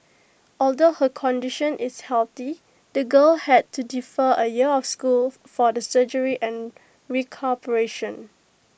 although her condition is healthy the girl had to defer A year of school for the surgery and recuperation